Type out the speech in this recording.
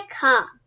car